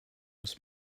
was